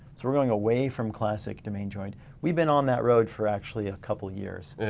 so we're going away from classic domain joined. we've been on that road for actually a couple of years.